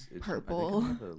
purple